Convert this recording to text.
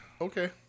Okay